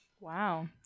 Wow